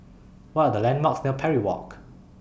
What Are The landmarks near Parry Walk